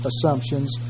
assumptions